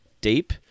deep